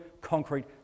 concrete